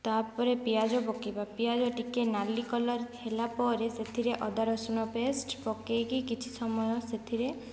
ତାପରେ ପିଆଜ ପକେଇବା ପିଆଜ ଟିକିଏ ନାଲି କଲର୍ ହେଲା ପରେ ସେଥିରେ ଅଦା ରସୁଣ ପେଷ୍ଟ ପକେଇକି କିଛି ସମୟ ସେଥିରେ